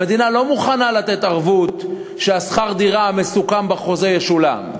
המדינה לא מוכנה לתת ערבות ששכר הדירה המסוכם בחוזה ישולם.